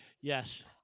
Yes